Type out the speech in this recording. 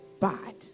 bad